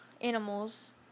animals